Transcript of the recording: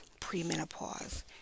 premenopause